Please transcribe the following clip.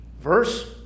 Verse